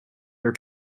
your